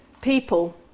people